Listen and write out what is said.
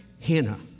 Hannah